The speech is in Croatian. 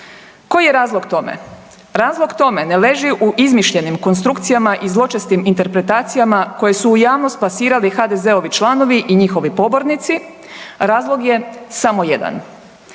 Koji je razlog tome? Razlog tome ne leži u izmišljenim konstrukcijama i zločestim interpretacijama koje su u javnost plasirali HDZ-ovi članovi i njihovi pobornici, razlog je samo jedan.